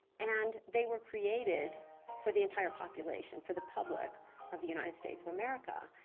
and they were created for the entire population, for the public of the united states of america.